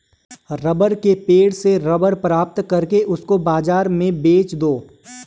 rubber के पेड़ से रबर प्राप्त करके उसको बाजार में बेच दो